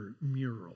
mural